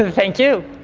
and thank you.